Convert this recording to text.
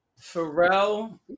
Pharrell